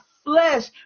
flesh